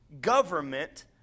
government